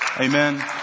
Amen